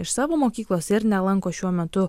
iš savo mokyklos ir nelanko šiuo metu